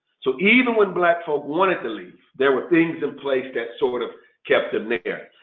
so even when black folk wanted to leave, there were things in place that sort of kept them there.